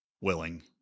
willing